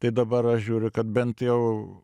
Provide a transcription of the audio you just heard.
tai dabar aš žiūriu kad bent jau